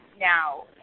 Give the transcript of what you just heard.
now